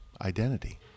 identity